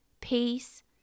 peace